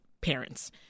parents